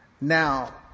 now